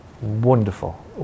Wonderful